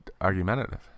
argumentative